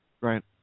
Right